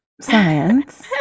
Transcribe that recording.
science